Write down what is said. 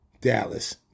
Dallas